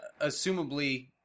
assumably